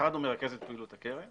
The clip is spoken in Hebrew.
האחד הוא מרכז את פעילות הקרן